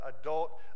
adult